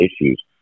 issues